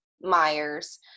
Myers